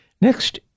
Next